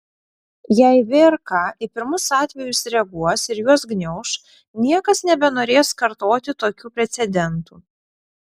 jei vrk į pirmus atvejus reaguos ir juos gniauš niekas nebenorės kartoti tokių precedentų